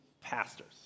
pastors